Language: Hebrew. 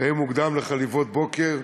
קמים מוקדם לחליבות בוקר,